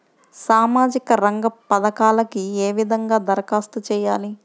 సామాజిక రంగ పథకాలకీ ఏ విధంగా ధరఖాస్తు చేయాలి?